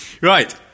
Right